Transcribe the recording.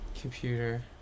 computer